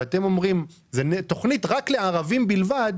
שהיא לערבים בלבד